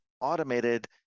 automated